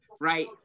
right